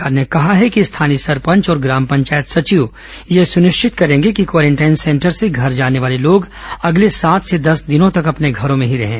राज्य सरकार ने कहा है कि स्थानीय सरपंच और ग्राम पंचायत सचिव यह सुनिश्चित करेंगे कि क्वारेंटाइन सेंटर से घर जाने वाले लोग अगले सात से दस दिन तक अपने घरों में ही रहें